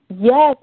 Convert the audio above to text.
Yes